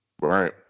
Right